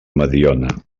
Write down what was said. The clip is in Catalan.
mediona